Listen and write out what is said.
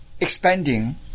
expanding